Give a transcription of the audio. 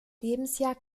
lebensjahr